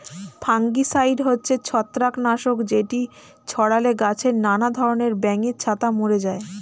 fungicide হচ্ছে ছত্রাক নাশক যেটি ছড়ালে গাছে নানা ধরণের ব্যাঙের ছাতা মরে যায়